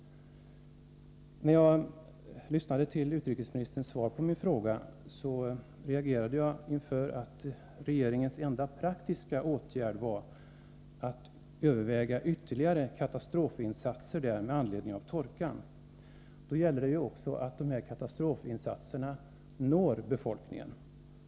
När jag lyssnade till utrikesministerns svar på min fråga reagerade jag inför att regeringens enda praktiska åtgärd var att överväga ytterligare katastrofinsatser med anledning av torkan. Då gäller det också att dessa katastrofinsatser når befolkningen.